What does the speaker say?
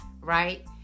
right